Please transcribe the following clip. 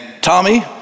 Tommy